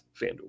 FanDuel